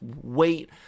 wait